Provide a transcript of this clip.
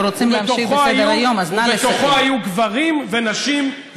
ובתוכה היו גברים ונשים,